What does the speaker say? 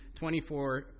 24